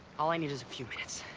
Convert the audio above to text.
all i need is a few minutes.